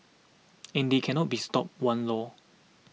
and they cannot be stopped one lor